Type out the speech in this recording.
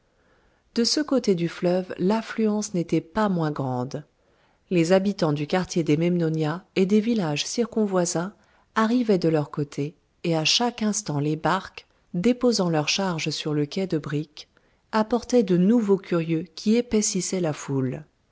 de ce côté du fleuve l'affluence n'était pas moins grande les habitants du quartier des memnonia et des villages circonvoisins arrivaient de leur côté et à chaque instant les barques déposant leur charge sur le quai de briques apportaient de nouveaux curieux qui épaississaient la foule